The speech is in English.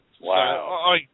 Wow